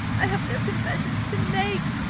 i have no confessions to make!